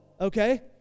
okay